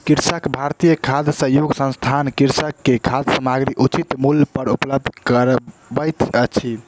कृषक भारती खाद्य सहयोग संस्थान कृषक के खाद्य सामग्री उचित मूल्य पर उपलब्ध करबैत अछि